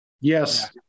Yes